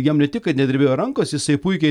jam ne tik kad nedrebėjo rankos jisai puikiai